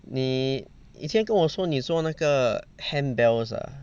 你以前跟我说你做那个 handbells ah